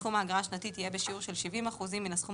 סכום האגרה השנתית יהיה בשיעור של 70 אחוזים מן הסכום